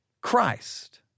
Christ